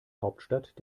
hauptstadt